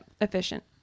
Efficient